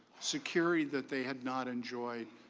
security that they had not enjoyed,